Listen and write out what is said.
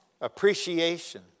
appreciation